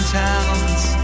towns